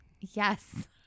yes